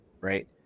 right